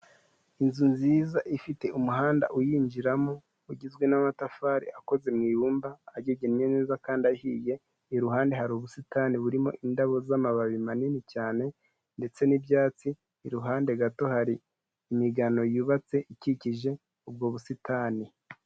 Inzu nziza ifite umuhanda uyinjiramo ugizwe n'amatafari akoze mu ibumba agegennye neza kandi ahiye, iruhande hari ubusitani burimo indabo z'amababi manini cyane ndetse n'ibyatsi, iruhande gato hari imigano yubatse ikikije ubwo busitani.